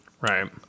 right